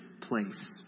place